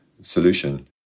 solution